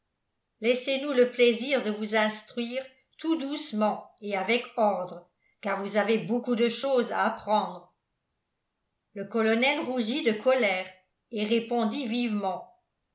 laissez-nous le plaisir de vous instruire tout doucement et avec ordre car vous avez beaucoup de choses à apprendre le colonel rougit de colère et répondit vivement